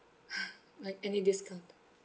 like any discount